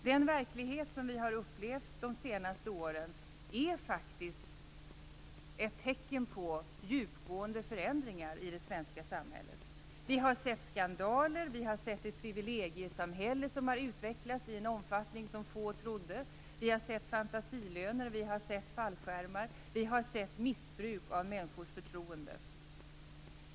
Den verklighet som vi har upplevt de senaste åren visar faktiskt tecken på djupgående förändringar i det svenska samhället. Vi har sett skandaler, vi har sett ett privilegiesamhälle utvecklas i en omfattning som få trodde på, vi har sett fantasilöner och fallskärmar och vi har sett missbruk av människors förtroende.